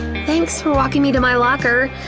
thanks for walking me to my locker.